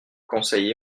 conseil